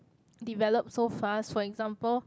developed so fast for example